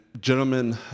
gentlemen